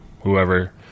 whoever